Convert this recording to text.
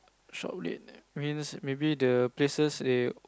shop late means maybe the places they